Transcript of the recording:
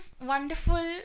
wonderful